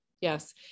Yes